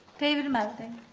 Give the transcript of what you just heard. david melding